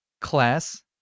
class